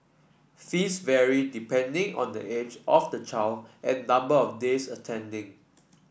fees vary depending on the age of the child and number of days attending